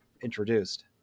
introduced